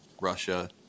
Russia